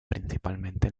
principalmente